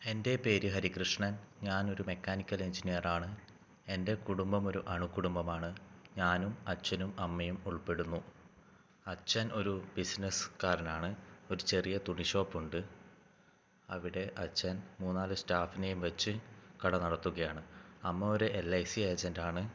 എൻ്റെ പേര് ഹരികൃഷ്ണൻ ഞാനൊരു മെക്കാനിക്കൽ എൻജിനീയറാണ് എൻ്റെ കുടുംബമൊരു അണുകുടുംബമാണ് ഞാനും അച്ഛനും അമ്മയും ഉൾപ്പെടുന്നു അച്ഛൻ ഒരു ബിസിനസ്സുകാരനാണ് ഒരു ചെറിയ തുണി ഷോപ്പുണ്ട് അവിടെ അച്ഛൻ മൂന്നാലു സ്റ്റാഫിനെയും വെച്ച് കട നടത്തുകയാണ് അമ്മ ഒരു എൽ ഐ സി എജൻ്റാണ്